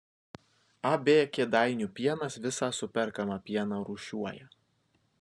ab kėdainių pienas visą superkamą pieną rūšiuoja